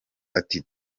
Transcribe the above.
ati